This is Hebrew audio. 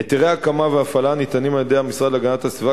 היתרי הקמה והפעלה ניתנים על-ידי המשרד להגנת הסביבה,